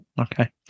okay